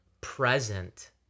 present